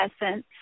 essence